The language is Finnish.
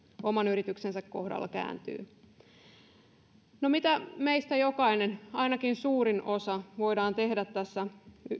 oman yrityksensä kohdalla kääntyy mitä meistä jokainen ainakin suurin osa voi tehdä tässä